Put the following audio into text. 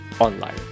online